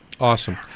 Awesome